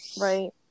Right